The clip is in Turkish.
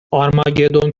armagedon